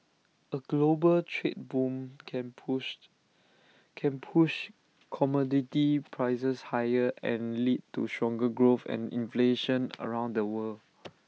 A global trade boom can push can push commodity prices higher and lead to stronger growth and inflation around the world